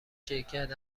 شرکت